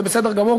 וזה בסדר גמור,